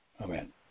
Amen